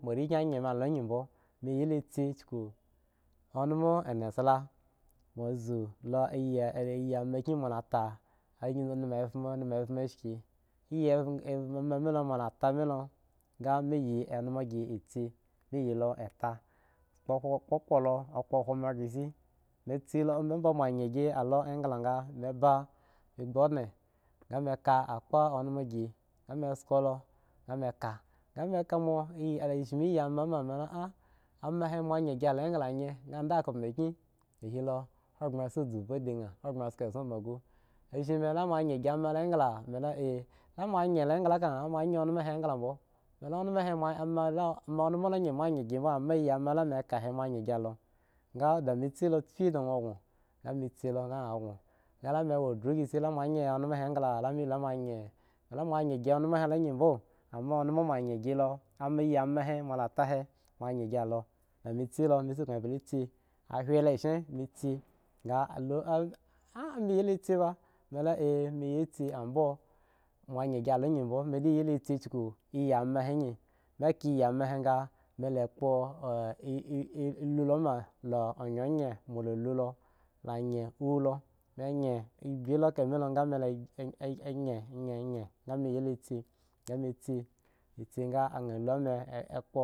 Moare vge a yen mi alo gi bmo mi si kule elma nasala mo ta mo yen ave si mi ta mi lo ge mi yi elma gi ya si mi lata mi lo ge ari yi ema gi ya si mi la ta kpo lo a kpo hko gi shi ambo yen gi aengla mi kpwo onden ga mi kka akpa dama gi mi sko lo ga mu ka mo sha ama he aengla mo ye ga alo engla yen ada kpo key ahagbre a asko essonba a zshgi mi mo ye gi alo engla mi lo mi a ma mo ten gi engla bmo ami yi ma he lo ma yen gi englaaka yang elma lo mo yen gu engla bmo ami yi ma he lo ma ala ka he mo yen gi alo ga dami si fye da nwo ghon si ga ang ghon angh vye gishi mo yen gi elme engla ama iyi mma he mo yen a bla si so lo mi ble aku bla so as ga a whi easi lo mu bla ku si an anui si ba mu si abo mu yin gi alo gi bno mi si kuk ayi ma yi mi ka iya ma he ya me lu loma mi lu lo ma la yeu yen ga mi ji si mi yisi vitsiŋa same game yeko.